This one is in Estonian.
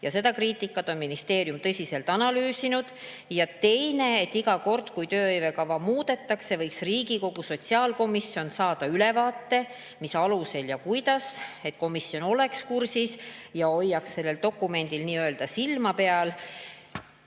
Ja seda kriitikat on ministeerium tõsiselt analüüsinud. Ja teine, et iga kord, kui tööhõivekava muudetakse, võiks Riigikogu sotsiaalkomisjon saada ülevaate, mille alusel ja kuidas, et komisjon oleks kursis ja hoiaks sellel dokumendil nii-öelda silma peal.